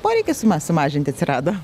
poreikis suma sumažinti atsirado